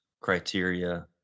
criteria